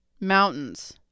mountains